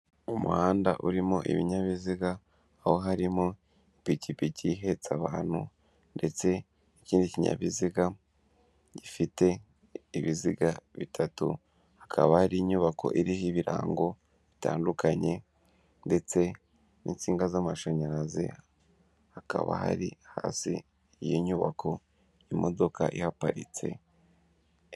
Umuhanda urimo ibinyabiziga, aho harimo ipikipiki ihetse abantu ndetse n'ikindi kinyabiziga gifite ibiziga bitatu, hakaba hari inyubako iriho ibirango bitandukanye ndetse n'insinga z'amashanyarazi, hakaba hari hasi y'inyubako imodoka ihaparitse.